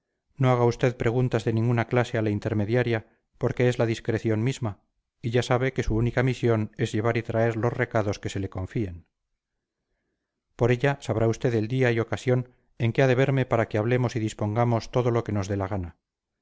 no haga usted preguntas de ninguna clase a la intermediaria porque es la discreción misma y ya sabe que su única misión es llevar y traer los recados que se le confíen por ella sabrá usted el día y ocasión en que ha de verme para que hablemos y dispongamos todo lo que nos dé la gana